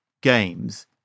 games